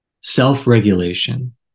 self-regulation